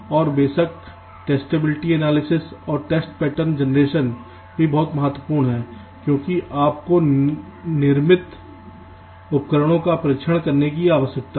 और बेशक testability analysis और टेस्ट पैटर्न जनरेशन भी बहुत महत्वपूर्ण हैं क्योंकि आपको निर्मित उपकरणों का परीक्षण करने की आवश्यकता है